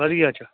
ਵਧੀਆ ਚ